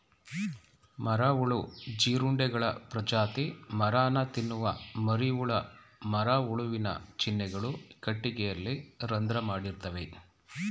ಮರಹುಳು ಜೀರುಂಡೆಗಳ ಪ್ರಜಾತಿ ಮರನ ತಿನ್ನುವ ಮರಿಹುಳ ಮರಹುಳುವಿನ ಚಿಹ್ನೆಗಳು ಕಟ್ಟಿಗೆಯಲ್ಲಿ ರಂಧ್ರ ಮಾಡಿರ್ತವೆ